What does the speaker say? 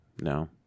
No